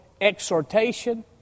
exhortation